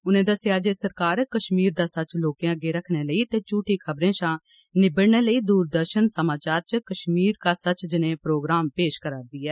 उनें दस्सेआ जे सरकार कश्मीर दा सच लोकें अग्गें रक्खने लेई ते झूठी खबरें शां निबड़ने लेई दूरदर्शन समाचार च ''कश्मीर का सच'' जनेह् प्रोग्राम पेश करा'रदी ऐ